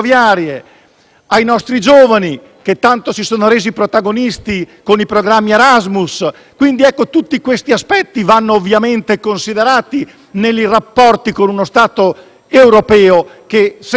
che tanto si sono resi protagonisti con i programmi Erasmus. Tutti questi aspetti vanno considerati nei rapporti con uno Stato europeo che se ne va da questa Unione europea.